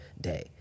day